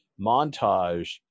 montage